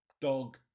dog